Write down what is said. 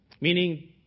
Meaning